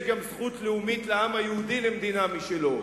גם לעם היהודי זכות לאומית למדינה משלו.